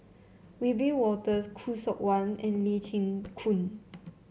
Wiebe Wolters Khoo Seok Wan and Lee Chin Koon